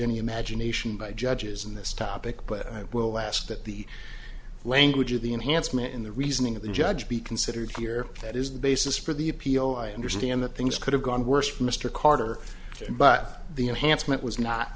any imagination by judges in this topic but i will ask that the language of the enhancement in the reasoning of the judge be considered here that is the basis for the appeal i understand that things could have gone worse for mr carter but the enhancement was not